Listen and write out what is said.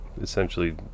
essentially